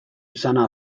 izana